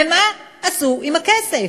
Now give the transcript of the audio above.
ומה עשו עם הכסף?